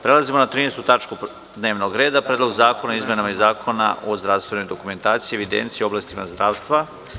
Prelazimo na 13. tačku dnevnog reda – PREDLOG ZAKONA O IZMENAMA ZAKONA O ZDRAVSTVENOJ DOKUMENTACIJI I EVIDENCIJI U OBLASTI ZDRAVSTVA.